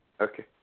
Okay